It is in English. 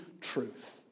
truth